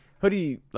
hoodie